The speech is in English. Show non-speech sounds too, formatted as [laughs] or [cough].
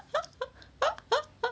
[laughs]